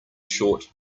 short